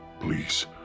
Please